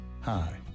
Hi